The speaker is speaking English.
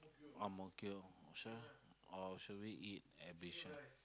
Ang-Mo-Kio or should I or should we eat at Bishan